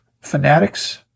Fanatics